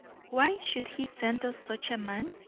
why should he send us such a man?